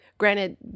Granted